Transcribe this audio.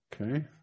Okay